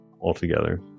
altogether